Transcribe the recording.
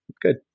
Good